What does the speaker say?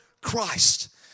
Christ